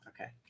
okay